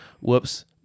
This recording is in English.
Whoops